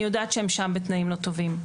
אני יודעת שהם שם בתנאים לא טובים,